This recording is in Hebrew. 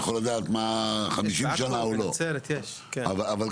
אבל הסקר מדבר גם על זה, וכמובן